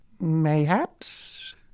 Mayhaps